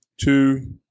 two